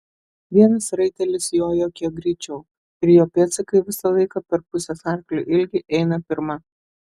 vienas raitelis jojo kiek greičiau ir jo pėdsakai visą laiką per pusės arklio ilgį eina pirma